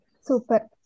Super